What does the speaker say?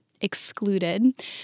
excluded